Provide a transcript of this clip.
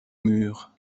murs